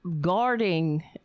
guarding